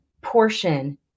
portion